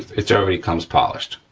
it already comes polished,